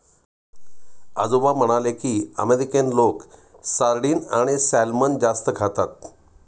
आजोबा म्हणाले की, अमेरिकन लोक सार्डिन आणि सॅल्मन जास्त खातात